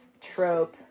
trope